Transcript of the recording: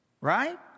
Right